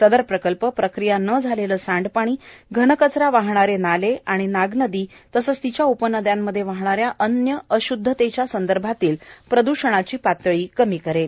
सदर प्रकल्प प्रक्रिया न झालेले सांडपाणी घनकचरा वाहणारे नाले आणि नाग नदी तसंच त्याच्या उपनदयांमध्ये वाहणाऱ्या अन्य अशुदधतेच्या संदर्भातील प्रदर्षणाची पातळी कमी करेल